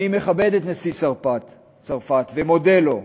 אני מכבד את נשיא צרפת ומודה לו,